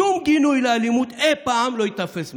שום גינוי אי פעם לאלימות לא ייתפס מהם,